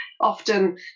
often